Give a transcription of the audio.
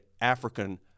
African